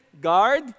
Guard